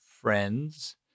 friends